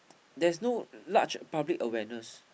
there is no large public awareness